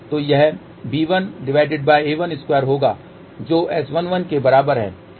तो यह b1a12 होगा जो S11 के बराबर है